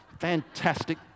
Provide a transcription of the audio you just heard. Fantastic